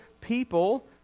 people